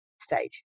stage